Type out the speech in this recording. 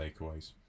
takeaways